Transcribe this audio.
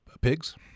pigs